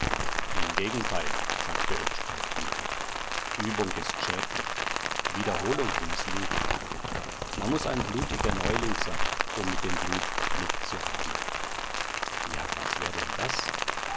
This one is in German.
im gegenteil sagt der oetsch kaltblütig übung ist schädlich wiederholung mißlingt man muß ein blutiger neuling sein um mit dem blut glück zu haben ja was wär denn das